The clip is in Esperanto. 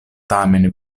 tamen